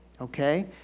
Okay